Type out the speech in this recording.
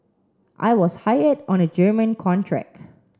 I was hired on a German contract